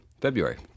February